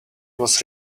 was